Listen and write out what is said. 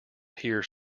here